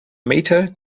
meter